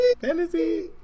Fantasy